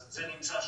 אז זה נמצא שם.